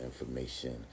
information